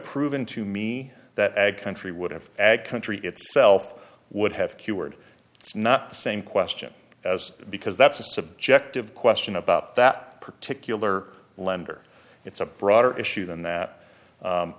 proven to me that ag country would have egg country itself would have cured it's not the same question as because that's a subjective question about that particular lender it's a broader issue than that